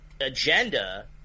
agenda